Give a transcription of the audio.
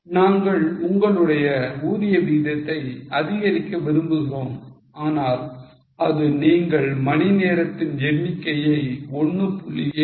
நாங்கள் உங்களுடைய ஊதிய விகிதத்தை அதிகரிக்க விரும்புகிறோம் ஆனால் அது நீங்கள் மணி நேரத்தின் எண்ணிக்கையை 1